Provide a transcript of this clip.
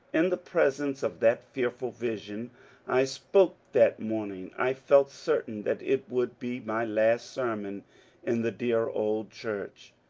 in the presence of that fearful vision i spoke that morning. i felt certain that it would be my last sermon in the dear old church,